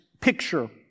picture